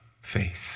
faith